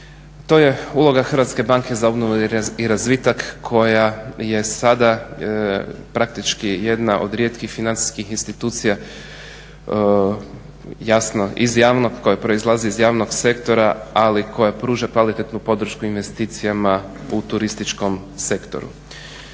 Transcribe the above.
to je uloga Hrvatske banke za obnovu i razvitak koja je sada praktički jedna od rijetkih financijskih institucija, jasno iz javnog koja proizlazi iz javnog sektora, ali koja pruža kvalitetnu podršku investicijama u turističkom sektoru.